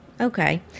okay